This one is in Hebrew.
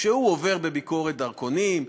כשהוא עובר בביקורת דרכונים,